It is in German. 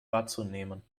wahrzunehmen